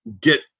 get